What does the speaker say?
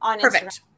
perfect